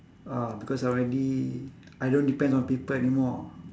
ah because I already I don't depend on people anymore